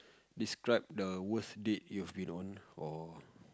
describe the worst date you've been on for